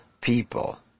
people